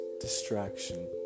distraction